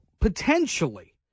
potentially